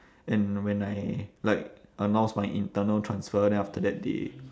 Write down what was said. and when I like announce my internal transfer then after that they